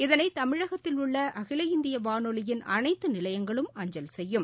இதனை தமிழகத்தில் உள்ள அகில இந்திய வானொலியின் அனைத்து நிலையங்களும் அஞ்சல் செய்யும்